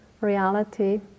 reality